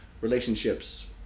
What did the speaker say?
relationships